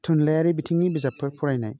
थुनलायारि बिथिंनि बिजाबफोर फरायनाय